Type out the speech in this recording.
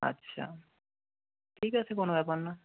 আচ্ছা ঠিক আছে কোনো ব্যাপার না